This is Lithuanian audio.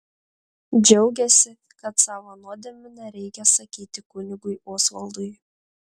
džiaugėsi kad savo nuodėmių nereikia sakyti kunigui osvaldui